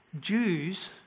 Jews